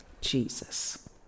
Jesus